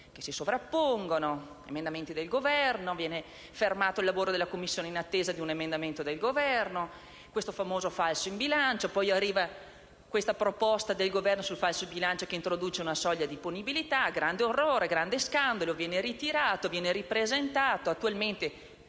che si sovrappongono; emendamenti del Governo; sospensione del lavoro della Commissione in attesa di un emendamento del Governo e il famoso falso in bilancio. Poi arriva la proposta del Governo sul falso in bilancio che introduce una soglia di punibilità, proposta che, con grande orrore e grande scandalo, viene ritirata e poi ripresentata. Attualmente,